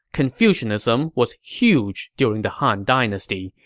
confucianism was huge during the han dynasty.